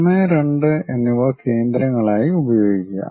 1 2 എന്നിവ കേന്ദ്രങ്ങളായി ഉപയോഗിക്കുക